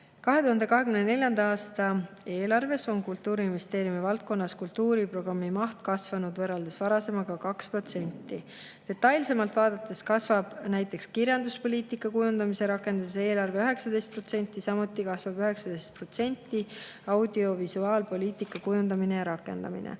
2024. aasta eelarves on Kultuuriministeeriumi valdkonnas kultuuriprogrammi maht võrreldes varasemaga kasvanud 2%. Detailsemalt vaadates kasvab näiteks kirjanduspoliitika kujundamise ja rakendamise eelarve 19%. Samuti kasvab 19% audiovisuaalpoliitika kujundamine ja rakendamine.